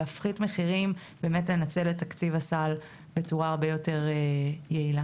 להפחית מחירים וכך לנצל את תקציב הסל בצורה הרבה יותר יעילה.